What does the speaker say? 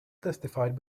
testified